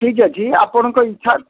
ଠିକ ଅଛି ଆପଣଙ୍କ ଇଚ୍ଛା